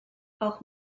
auch